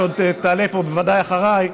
שעוד תעלה פה בוודאי אחריי,